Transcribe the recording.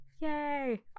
yay